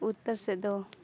ᱩᱛᱛᱚᱨ ᱥᱮᱫ ᱫᱚ